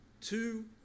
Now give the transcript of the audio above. two